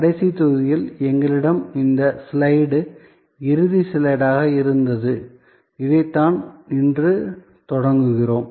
கடைசி தொகுதியில் எங்களிடம் இந்த ஸ்லைடு இறுதி ஸ்லைடாக இருந்தது இதைதான் இன்று தொடங்குகிறோம்